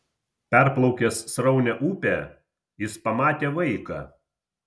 perplaukęs sraunią upę jis pamatė vaiką